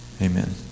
amen